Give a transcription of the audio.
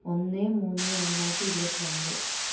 ഒന്ന് മന്ന് രണ്ടായിരത്തി ഇരുപത്തി രണ്ട്